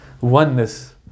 Oneness